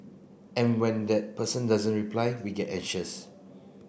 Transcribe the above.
and when that person doesn't reply we get anxious